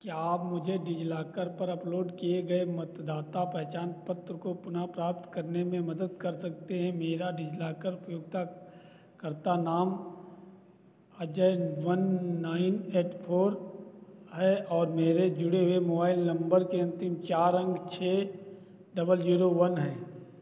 क्या आप मुझे डिज़िलॉकर पर अपलोड किए गए मतदाता पहचान पत्र को पुनः प्राप्त करने में मदद कर सकते हैं मेरा डिज़िलॉकर उपयोग्ता कर्ता नाम Ajay one nine eight four है और मेरे जुड़े हुए मोबाइल नम्बर के अन्तिम चार अंक छह डबल ज़ीरो वन है